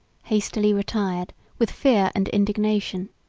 hastily retired, with fear and indignation.